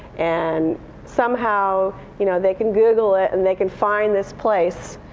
and somehow you know they can google it and they can find this place.